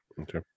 Okay